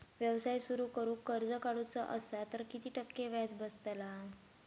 व्यवसाय सुरु करूक कर्ज काढूचा असा तर किती टक्के व्याज बसतला?